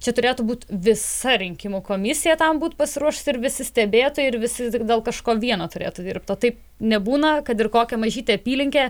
čia turėtų būt visa rinkimų komisija tam būt pasiruošusi ir visi stebėtojai ir visi dėl kažko vieno turėtų dirbt o taip nebūna kad ir kokią mažytę apylinkę